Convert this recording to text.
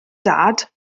dad